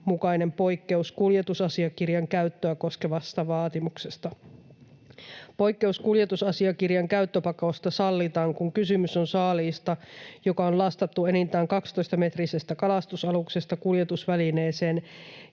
mukainen poikkeus kuljetusasiakirjan käyttöä koskevasta vaatimuksesta. Poikkeus kuljetusasiakirjan käyttöpakosta sallitaan, kun kysymys on saaliista, joka on lastattu enintään 12-metrisestä kalastusaluksesta kuljetusvälineeseen